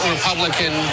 Republican